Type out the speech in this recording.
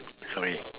sorry